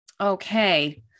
okay